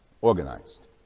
organized